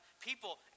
people